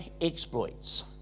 exploits